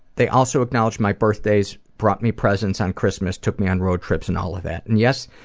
they also acknowledged my birthdays, brought me presents on christmas, took me on road trips, and all of that. and yes,